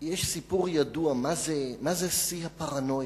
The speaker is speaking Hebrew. יש סיפור ידוע מה זה שיא הפרנויה.